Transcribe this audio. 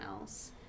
else